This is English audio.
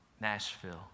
Nashville